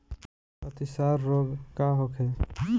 अतिसार रोग का होखे?